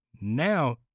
Now